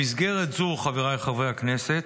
במסגרת זו, חבריי חברי הכנסת,